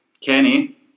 Kenny